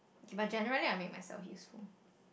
but generally I make myself useful